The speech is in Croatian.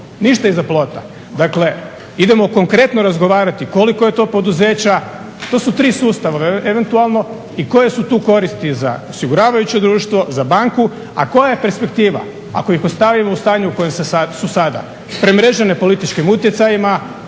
Ništa iza plota. Dakle, idemo konkretno razgovarati koliko je to poduzeća. To su tri sustava eventualno i koje su tu koristi za osiguravajuće društvo, za banku, a koja je perspektiva ako ih ostavimo u stanju u kojem su sada. Premrežene političkim utjecajima,